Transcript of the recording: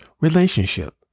Relationship